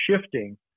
shifting